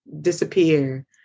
disappear